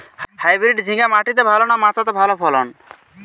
Hybrid ঝিঙ্গা মাটিতে ভালো না মাচাতে ভালো ফলন?